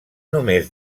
només